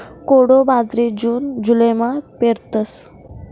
कोडो बाजरी जून जुलैमा पेरतस